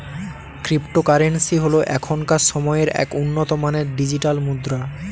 cryptocurrency হল এখনকার সময়ের এক উন্নত মানের ডিজিটাল মুদ্রা